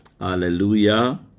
hallelujah